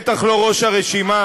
בטח לא ראש הרשימה,